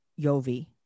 yovi